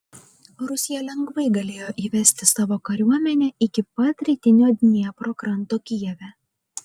rusija lengvai galėjo įvesti savo kariuomenę iki pat rytinio dniepro kranto kijeve